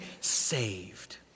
saved